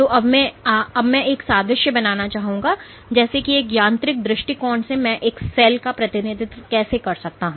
तो अब मैं एक सादृश्य बनाना चाहूंगा जैसे कि एक यांत्रिक दृष्टिकोण से मैं एक सेल का प्रतिनिधित्व कैसे कर सकता हूं